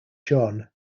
john